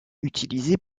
utilisé